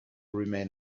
remain